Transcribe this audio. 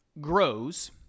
grows